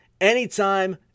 anytime